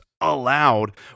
allowed